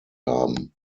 haben